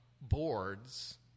boards